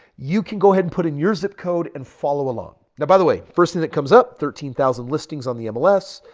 you can go ahead and put in your zip code and follow along. now by the way, first thing that comes up, thirteen thousand listings on the um mls.